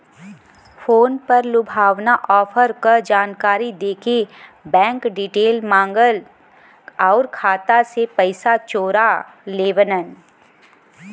phone पर लुभावना offer क जानकारी देके बैंक डिटेल माँगन आउर खाता से पैसा चोरा लेवलन